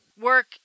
work